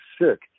sick